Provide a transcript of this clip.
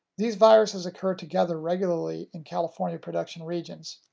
these viruses occur together regularly in california production regions,